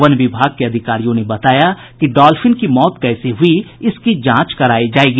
one विभाग के अधिकारियों ने बताया कि डॉल्फिन की मौत कैसे हुई इसकी जांच करायी जायेगी